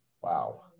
wow